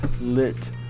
lit